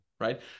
right